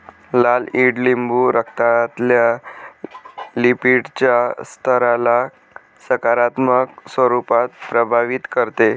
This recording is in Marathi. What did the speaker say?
लाल ईडलिंबू रक्तातल्या लिपीडच्या स्तराला सकारात्मक स्वरूपात प्रभावित करते